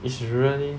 it's really